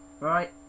Right